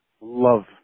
love